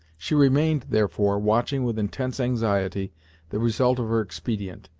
she remained, therefore, watching with intense anxiety the result of her expedient,